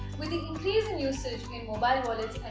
with increase in usage in mobile wallets